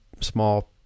small